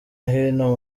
hino